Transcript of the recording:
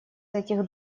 этих